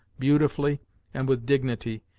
beautifully and with dignity,